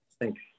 Thanks